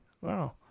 Wow